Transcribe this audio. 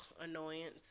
annoyance